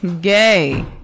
Gay